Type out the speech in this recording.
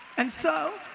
and so,